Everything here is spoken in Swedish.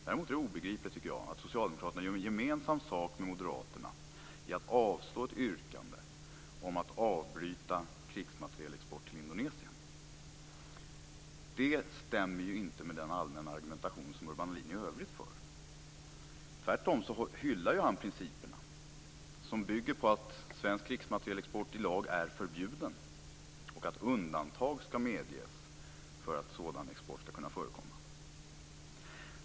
Det är däremot obegripligt att socialdemokraterna gör gemensam sak med moderaterna i att avslå ett yrkande om att avbryta krigsmaterielexport till Indonesien. Det stämmer inte med den allmänna argumentation som Urban Ahlin i övrigt för. Tvärtom hyllar han principerna som bygger på att svensk krigsmaterielexport i lag är förbjuden och att undantag skall medges för att sådan export skall kunna förekomma.